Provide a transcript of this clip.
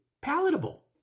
palatable